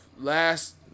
last